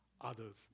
others